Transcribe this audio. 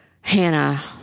Hannah